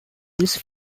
this